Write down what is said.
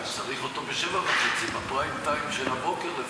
צריך אותו ב-07:30, בפריים טיים של הבוקר לפחות.